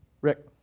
Rick